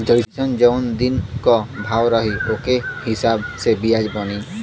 जइसन जौन दिन क भाव रही ओके हिसाब से बियाज बनी